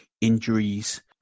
injuries